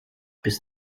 bis